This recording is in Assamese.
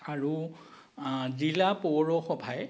আৰু জিলা পৌৰসভাই